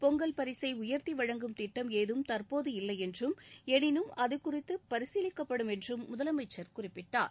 பொங்கல் பரிசை உயர்த்தி வழங்கும் திட்டம் ஏதும் தற்போது இல்லை என்றும் எனினும் அது குறித்து பரிசீலிக்கப்படும் என்றும் முதலமைச்சர் குறிப்பிட்டார்